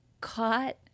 caught